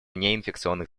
неинфекционных